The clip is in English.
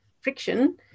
friction